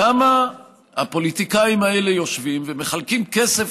למה הפוליטיקאים האלה יושבים ומחלקים כסף